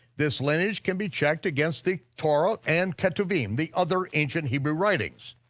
this lineage can be checked against the torah and ketuvim, the other ancient hebrew writings.